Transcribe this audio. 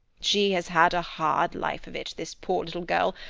she has had a hard life of it, this poor little girl,